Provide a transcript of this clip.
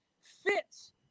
fits